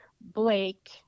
Blake